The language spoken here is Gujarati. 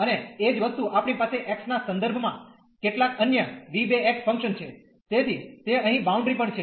અને એ જ વસ્તુ આપણી પાસે x ના સંદર્ભમાં કેટલાક અન્ય v2 ફંક્શન છે તેથી તે અહીં બાઉન્ડ્રી પણ છે